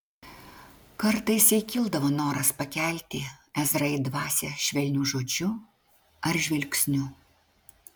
kartais jai kildavo noras pakelti ezrai dvasią švelniu žodžiu ar žvilgsniu